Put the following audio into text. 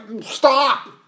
Stop